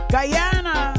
Guyana